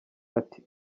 ati